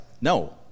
No